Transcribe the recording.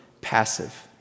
passive